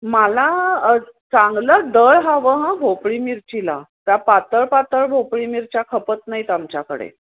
मला चांगलं दळ हवं हं भोपळी मिरचीला त्या पातळ पातळ भोपळी मिरच्या खपत नाही आहेत आमच्याकडे